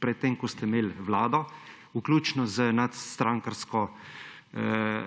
vse, ko ste imeli vlado, vključno z nadstrankarsko